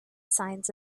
signs